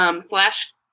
slash